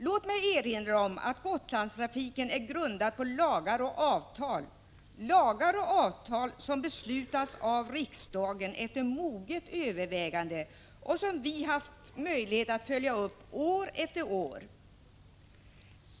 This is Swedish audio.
Låt mig erinra om att Gotlandstrafiken är grundad på lagar och avtal, som har beslutats av riksdagen efter moget övervägande och som vi har haft möjlighet att följa upp år efter år.